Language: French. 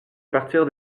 partir